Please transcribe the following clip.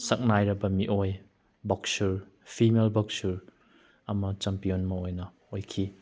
ꯁꯛꯅꯥꯏꯔꯕ ꯃꯤꯑꯣꯏ boxer female boxer ꯑꯃ ꯆꯦꯝꯄꯤꯌꯣꯟ ꯑꯣꯏꯅ ꯑꯣꯏꯈꯤ